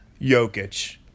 Jokic